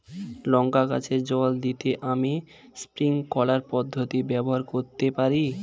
লঙ্কা গাছে জল দিতে আমি স্প্রিংকলার পদ্ধতি ব্যবহার করতে পারি?